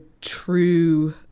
true